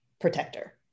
protector